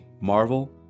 Marvel